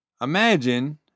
Imagine